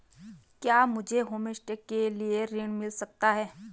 क्या मुझे होमस्टे के लिए ऋण मिल सकता है?